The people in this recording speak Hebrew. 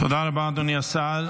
תודה רבה, אדוני השר.